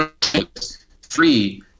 three